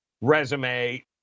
resume